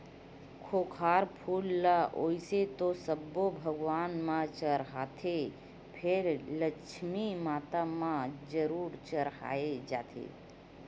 खोखमा फूल ल वइसे तो सब्बो भगवान म चड़हाथे फेर लक्छमी माता म जरूर चड़हाय जाथे